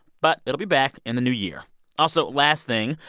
but it'll be back in the new year also, last thing,